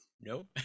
nope